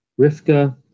Rivka